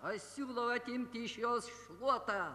aš siūlau atimti iš jos šluotą